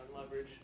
leverage